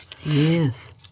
Yes